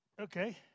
Okay